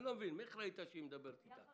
אני לא מבין, מי אחראי לכך שהן מדברות ביניהן?